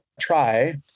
try